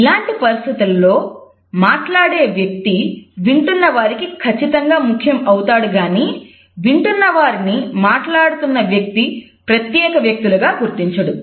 ఇలాంటి పరిస్థితులలో మాట్లాడే వ్యక్తి వింటున్న వారికి ఖచ్చితంగా ముఖ్యం అవుతాడు గాని వింటున్న వారిని మాట్లాడుతున్న మనిషి ప్రత్యేక వ్యక్తులుగా గుర్తించడు